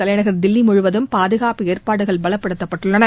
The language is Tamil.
தலைநகர் தில்லி முழுவதும் பாதுகாப்பு ஏற்பாடுகள் பவப்படுத்தப்பட்டுள்ளது